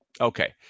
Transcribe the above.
Okay